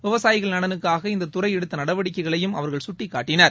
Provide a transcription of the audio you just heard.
விவசாயிகள் நலனுக்காக இந்ததுறைஎடுத்தநடவடிக்கைகளையும் அவர்கள் சுட்டிக்காட்டினர்